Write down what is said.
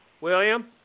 William